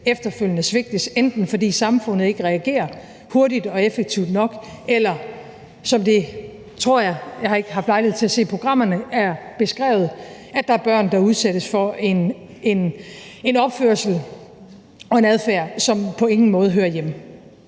efterfølgende svigtes, enten fordi samfundet ikke reagerer hurtigt og effektivt nok, eller fordi det er sådan, som det er beskrevet her, tror jeg – jeg har ikke haft lejlighed til at se programmerne – at der er børn, der udsættes for en opførsel og en adfærd, som på ingen måde hører hjemme.